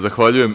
Zahvaljujem.